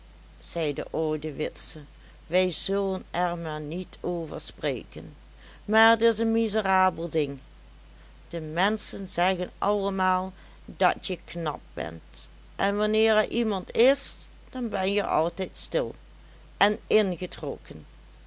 zei de oude witse wij zullen er maar niet over spreken maar het is een miserabel ding de menschen zeggen allemaal dat je knap bent en wanneer er iemand is dan ben je altijd stil en ingetrokken